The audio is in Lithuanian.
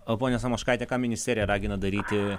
o ponia samoškaite ką ministerija ragina daryti